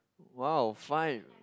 !wow! five